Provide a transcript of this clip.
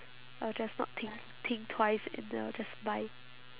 I'll just not think think twice and then I'll just buy